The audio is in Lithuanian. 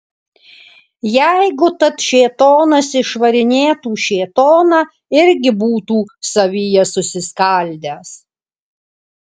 jeigu tad šėtonas išvarinėtų šėtoną irgi būtų savyje susiskaldęs